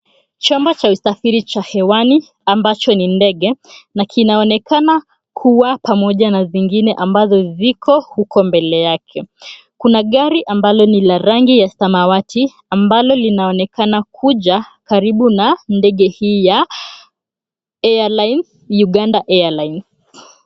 Chombo cha usafiri wa hewani ambacho ni ndege na kinaonekana kuwa pamoja na zingine ambazo ziko huko mbele yake. Kuna gari ambalo ni la rangi ya samawati ambalo linaonekana kuja karibu na ndege hii ya Uganda Airline.